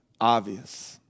obvious